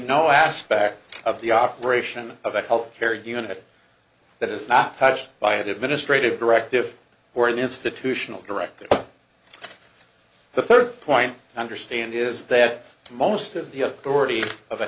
no aspect of the operation of a health care unit that is not touched by administrative directive or an institutional directive the third point i understand is that most of the authority of a